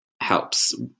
helps